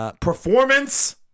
performance